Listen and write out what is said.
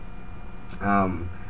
um